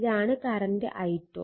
ഇതാണ് current i2